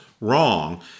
wrong